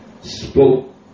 spoke